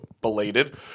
belated